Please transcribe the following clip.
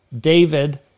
David